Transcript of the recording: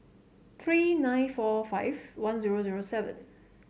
three nine four five one zero zero seven